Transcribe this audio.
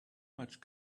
much